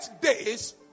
days